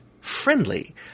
friendly